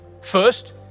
First